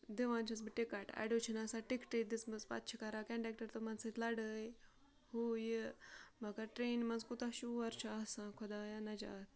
دِوان چھَس بہٕ ٹِکَٹ اَڈیو چھَنہٕ آسان ٹِکٹٕے دِژمٕژ پَتہٕ چھِ کَران کَنڈٮ۪کٹَر تِمَن سۭتۍ لَڑٲے ہُہ یہِ مگر ٹرٛینہِ منٛز کوٗتاہ شور چھُ آسان خۄدایا نجات